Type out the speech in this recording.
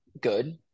good